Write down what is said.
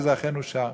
וזה אכן אושר.